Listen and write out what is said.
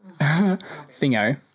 thingo